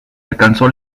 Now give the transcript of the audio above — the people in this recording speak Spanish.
alcanzó